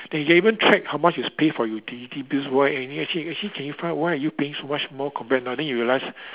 then you can even track how much you pay for utility bills why and you actually actually clarify why are you paying so much more compared now then you realise